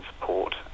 support